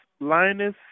Linus